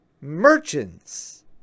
merchants